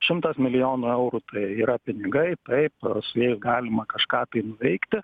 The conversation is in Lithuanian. šimtas milijonų eurų tai yra pinigai taip ar su jais galima kažką tai nuveikti